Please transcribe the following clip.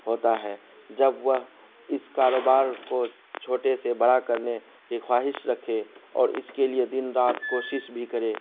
ہوتا ہے جب وہ اس کاروبار کو چھوٹے سے بڑا کرنے کی خواہش رکھے اور اس کے لیے دن رات کوشش بھی کرے